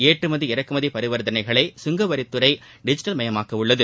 ஏற்றுமதி இறக்குமதி பரிவர்த்தனைகளை சுங்கத்துறை டிஜிட்டல் மயமாக்கவுள்ளது